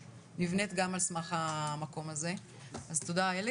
לא מדובר בהרבה מאוד מחלוקות שנשארו.